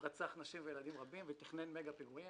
הוא רצח נשים וילדים רבים ותכנן מגה פיגועים.